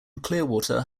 clearwater